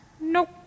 Nope